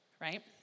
right